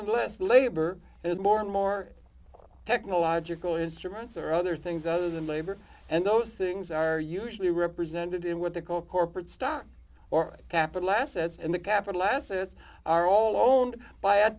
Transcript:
and less labor is more and more technological instruments or other things other than labor and those things are usually represented in what they call corporate stock or capital assets and the capital assets are all owned by a